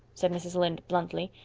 said mrs. lynde bluntly.